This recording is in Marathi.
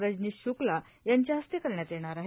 रजनीश शुक्ला यांच्या हस्ते करण्यात येणार आहे